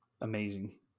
amazing